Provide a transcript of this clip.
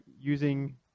using